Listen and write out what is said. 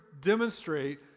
demonstrate